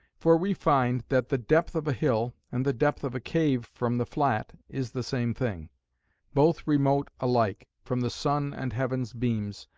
for we find, that the depth of a hill, and the depth of a cave from the flat, is the same thing both remote alike, from the sun and heaven's beams,